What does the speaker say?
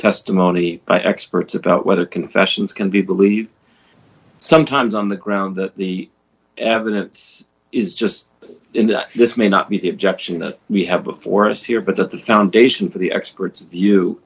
testimony by experts about whether confessions can be believed sometimes on the ground that the evidence is just that this may not be the objection that we have before us here but at the foundation for the experts